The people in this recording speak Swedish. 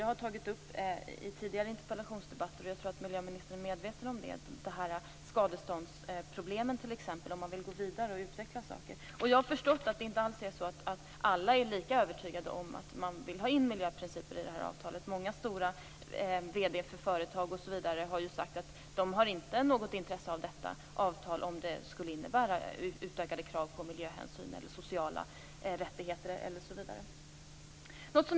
Jag har i tidigare interpellationsdebatter tagit upp skadeståndsproblemen - jag tror att miljöministern är medveten om det - dvs. om man vill gå vidare och utveckla saker. Jag har förstått att alla inte är lika övertygade om att miljöprinciper skall tas in i avtalet. Många vd i stora företag har sagt att de inte har något intresse av detta avtal om det skulle innebära utökade krav på miljöhänsyn eller sociala rättigheter osv.